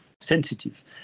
sensitive